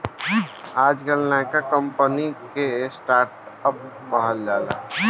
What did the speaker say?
आजकल नयका कंपनिअन के स्टर्ट अप कहल जाला